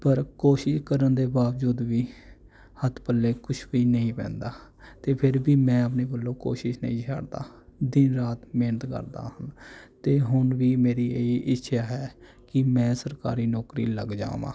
ਪਰ ਕੋਸ਼ਿਸ਼ ਕਰਨ ਦੇ ਬਾਵਜੂਦ ਵੀ ਹੱਥ ਪੱਲੇ ਕੁਝ ਵੀ ਨਹੀਂ ਪੈਂਦਾ ਅਤੇ ਫਿਰ ਵੀ ਮੈਂ ਆਪਣੇ ਵੱਲੋਂ ਕੋਸ਼ਿਸ਼ ਨਹੀਂ ਛੱਡਦਾ ਦਿਨ ਰਾਤ ਮਿਹਨਤ ਕਰਦਾ ਹਾਂ ਅਤੇ ਹੁਣ ਵੀ ਮੇਰੀ ਇਹੀ ਇੱਛਾ ਹੈ ਕਿ ਮੈਂ ਸਰਕਾਰੀ ਨੌਕਰੀ ਲੱਗ ਜਾਵਾਂ